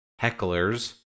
hecklers